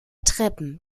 treppen